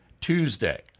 Tuesday